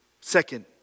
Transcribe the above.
Second